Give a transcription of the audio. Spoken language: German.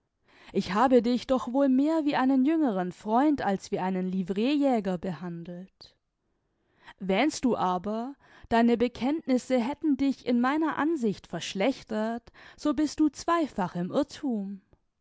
ich habe dich doch wohl mehr wie einen jüngeren freund als wie einen livreejäger behandelt wähnst du aber deine bekenntnisse hätten dich in meiner ansicht verschlechtert so bist du zweifach im irrthum